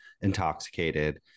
intoxicated